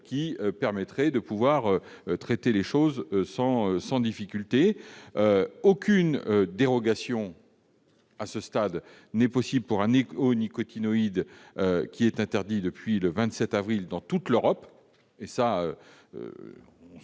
permettre de traiter les problèmes sans difficulté. Aucune dérogation à ce stade n'est possible pour un néonicotinoïde interdit depuis le 27 avril dans toute l'Europe